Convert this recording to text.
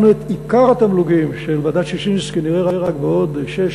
אנחנו את עיקר התמלוגים של ועדת ששינסקי נראה רק בעוד שש,